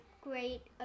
great